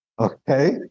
okay